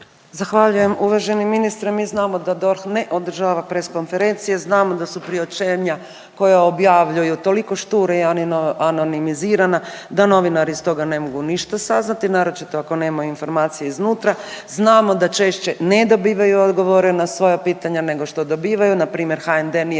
Zahvaljujem. Uvaženi ministre mi znamo da DORH ne održava press konferencije, znamo da su priopćena koja objavljuju toliko štura i anonimizirana da novinari ne mogu iz toga ništa saznati naročito ako nemaju informacije iznutra. Znamo da češće ne dobivaju odgovore na svoja pitanja nego što dobivaju npr. HND nije